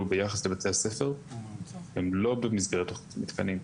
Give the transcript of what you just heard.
ביחס לבתי-הספר הן לא במסגרת תכנית מתקנים.